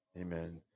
Amen